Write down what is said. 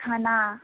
खाना